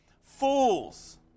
fools